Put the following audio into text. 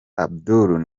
abdoul